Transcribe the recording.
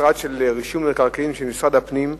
המשרד לרישום מקרקעין של משרד הפנים.